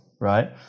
right